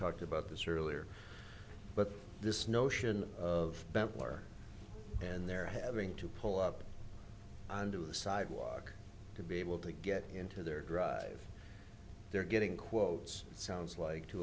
talked about this earlier but this notion of bendtner and their having to pull up onto the sidewalk to be able to get into their drive they're getting quotes sounds like to